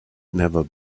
never